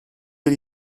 bir